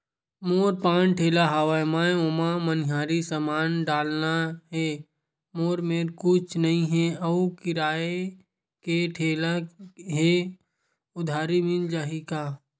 मोर पान ठेला हवय मैं ओमा मनिहारी समान डालना हे मोर मेर कुछ नई हे आऊ किराए के ठेला हे उधारी मिल जहीं का?